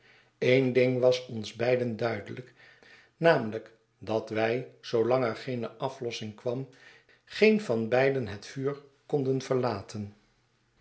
een ding was ons beiden duidelijk namelijk dat wij zoolang er geene aflossing kwam geen van beiden het vuur konden verlaten